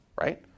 right